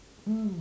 mm